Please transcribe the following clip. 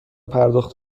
پرداخت